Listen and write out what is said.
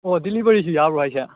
ꯑꯣ ꯗꯦꯂꯤꯚꯔꯤꯁꯨ ꯌꯥꯕ꯭ꯔꯣ ꯍꯥꯏꯁꯦ